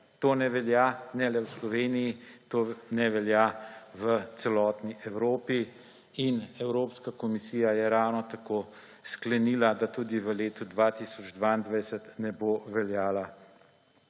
to ne velja ne le v Sloveniji, to ne velja v celotni Evropi. In Evropska komisija je ravno tako sklenila, da tudi v letu 2022 ne bo veljalo